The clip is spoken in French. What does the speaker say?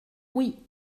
oui